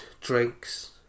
drinks